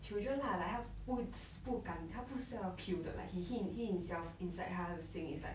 children lah like 他不不敢 like 他不是要 kill 的 like he he himself inside 他的心 is like